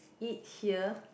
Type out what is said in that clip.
eat here